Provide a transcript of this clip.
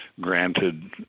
granted